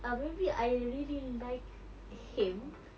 I really I really like him